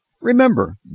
Remember